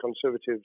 Conservatives